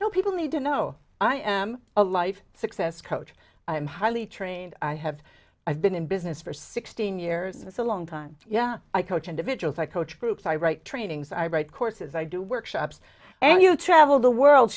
no people need to know i am a life success coach i'm highly trained i have i've been in business for sixteen years it's a long time yeah i coach individuals i coach groups i write trainings i write courses i do workshops and you travel the world